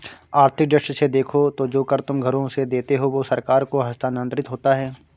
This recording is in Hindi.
आर्थिक दृष्टि से देखो तो जो कर तुम घरों से देते हो वो सरकार को हस्तांतरित होता है